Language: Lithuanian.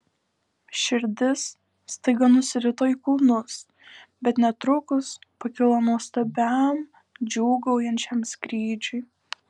širdis staiga nusirito į kulnus bet netrukus pakilo nuostabiam džiūgaujančiam skrydžiui